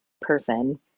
person